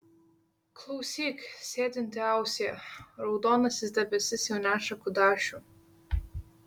klausyk sėdinti ausie raudonasis debesis jau neša kudašių